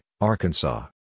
Arkansas